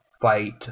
fight